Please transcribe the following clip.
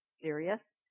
serious